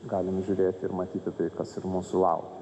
galim žiūrėti ir matyti tai kas ir mūsų laukia